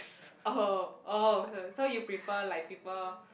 oh oh so so you prefer like people